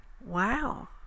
Wow